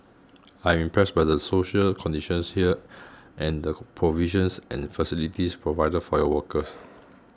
I am impressed by the social conditions here and the provisions and facilities provided for your workers